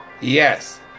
Yes